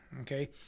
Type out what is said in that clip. Okay